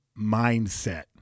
mindset